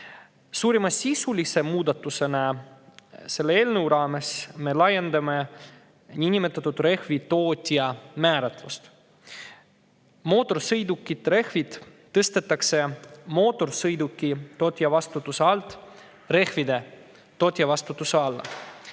Suurima sisulise muudatusena selle eelnõu raames me laiendame rehvi tootja määratlust. Mootorsõidukite rehvid tõstetakse mootorsõiduki tootja vastutuse alt rehvide tootja vastutuse